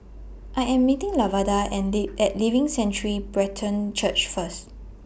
I Am meeting Lavada At Live At Living Sanctuary Brethren Church First